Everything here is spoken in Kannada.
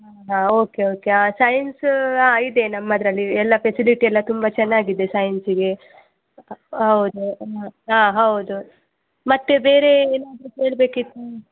ಹಾಂ ಓಕೆ ಓಕೆ ಸೈನ್ಸ್ ಹಾಂ ಇದೆ ನಮ್ಮದರಲ್ಲಿ ಎಲ್ಲ ಫೆಸಿಲಿಟಿ ಎಲ್ಲ ತುಂಬ ಚೆನ್ನಾಗಿದೆ ಸೈನ್ಸಿಗೆ ಹೌದು ಹಾಂ ಹೌದು ಮತ್ತೆ ಬೇರೆ ಏನಾದರೂ ಕೇಳಬೇಕಿತ್ತಾ